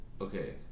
Okay